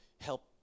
help